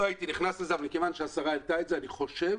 לא הייתי נכנס לזה אבל כיוון שהשרה העלתה את זה אני חושב